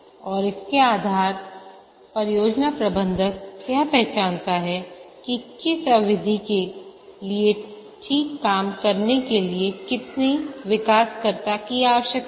और इसके आधार परियोजना प्रबंधक यह पहचानता है कि किस अवधि के लिए ठीक काम करने के लिए कितने विकासकर्ता की आवश्यकता है